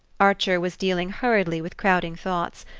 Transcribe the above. archer was dealing hurriedly with crowding thoughts.